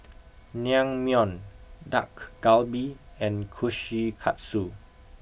naengmyeon dak galbi and kushikatsu